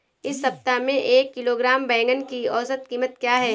इस सप्ताह में एक किलोग्राम बैंगन की औसत क़ीमत क्या है?